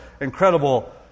incredible